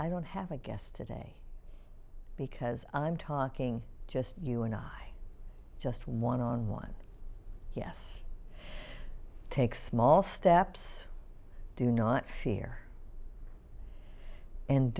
i don't have a guest today because i'm talking just you and i just one on one yes take small steps do not fear and